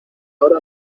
ahora